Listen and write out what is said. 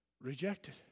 rejected